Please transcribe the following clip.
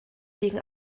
wegen